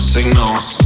Signals